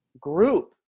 group